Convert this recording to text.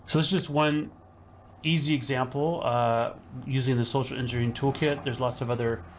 so that's just one easy example using the social-engineering toolkit, there's lots of other